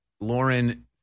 Lauren